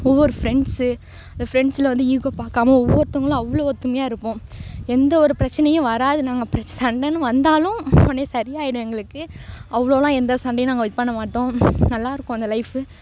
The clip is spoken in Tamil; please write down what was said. ஒவ்வொரு ஃப்ரெண்ட்ஸு அந்த ஃப்ரெண்ட்ஸில் வந்து ஈகோ பார்க்காம ஒவ்வொருத்தவங்களும் அவ்வளோ ஒத்துமையாக இருப்போம் எந்தவொரு பிரச்சனையும் வராது நாங்கள் சண்டைன்னு வந்தாலும் உடனே சரியாகிடும் எங்களுக்கு அவ்வளோலாம் எந்த சண்டையும் நாங்கள் இது பண்ண மாட்டோம் நல்லா இருக்கும் அந்த லைஃபு